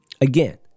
Again